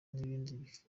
n’ibindi